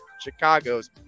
Chicago's